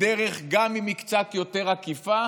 גם אם בדרך קצת יותר עקיפה,